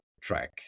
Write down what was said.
track